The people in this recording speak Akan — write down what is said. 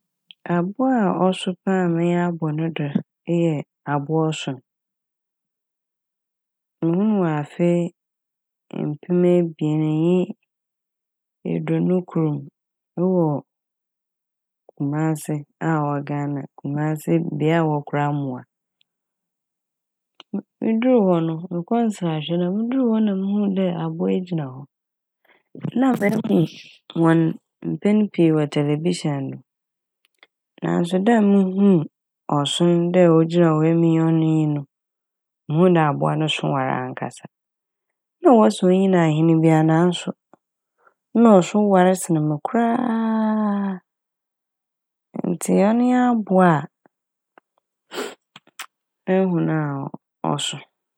Abowa a ɔso paa a m'enyi abɔ no do eyɛ abowa ɔson. Muhuu wɔ afe mpem ebien enye eduonu kor m' ewɔ Kumase a ɔwɔ Ghana. Kumase bea a wɔkora mbowa a mudur hɔ no mokɔɔ nserahwɛ na mudur hɔ no na muhuu dɛ abowa yi gyina hɔ na a mehu hɔn mpɛn pii wɔ telebihyɛn do naaso da a muhuu ɔson dɛ ogyina hɔ, emi nyi ɔno nyi no muhun dɛ abowa no so war ankasa. Na wɔse onnyin ahen bia naaso na ɔso war sen m' koraa a ntsi ɔno nye abowa a mehu no a ɔ- ɔso.